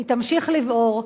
היא תמשיך לבעור,